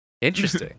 Interesting